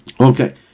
Okay